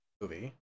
movie